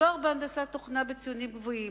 תואר בהנדסת תוכנה בציונים גבוהים,